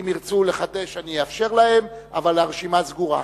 אם ירצו לחדש, אני אאפשר להם, אבל הרשימה סגורה.